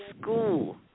school